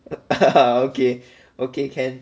okay okay can